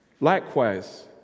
Likewise